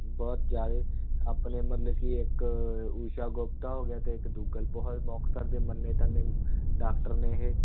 ਬਹੁਤ ਜ਼ਿਆਦਾ ਆਪਣੇ ਮਤਲਬ ਕਿ ਇੱਕ ਊਸ਼ਾ ਗੁਪਤਾ ਹੋ ਗਿਆ ਅਤੇ ਇੱਕ ਦੁੱਗਲ ਬਹੁਤ ਮੁਕਤਸਰ ਦੇ ਮੰਨੇ ਤੰਨੇ ਡਾਕਟਰ ਨੇ ਇਹ